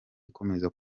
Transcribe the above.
ikomeze